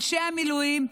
אנשי המילואים,